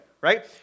right